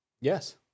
Yes